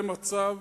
זה מצב,